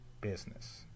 business